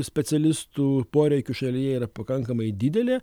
specialistų poreikių šalyje yra pakankamai didelė